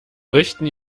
richten